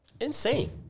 Insane